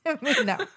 no